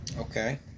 Okay